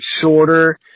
shorter